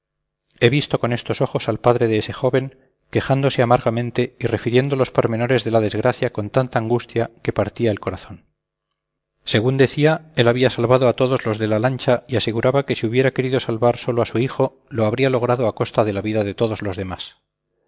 he visto con estos ojos al padre de ese joven quejándose amargamente y refiriendo los pormenores de la desgracia con tanta angustia que partía el corazón según decía él había salvado a todos los de la lancha y aseguraba que si hubiera querido salvar sólo a su hijo lo habría logrado a costa de la vida de todos los demás